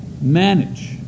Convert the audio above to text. manage